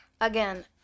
Again